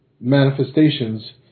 manifestations